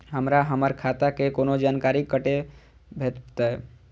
हमरा हमर खाता के कोनो जानकारी कते भेटतै